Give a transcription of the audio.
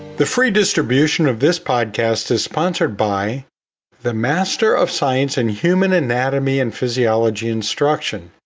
the free distribution of this podcast is sponsored by the master of science in human anatomy and physiology instruction,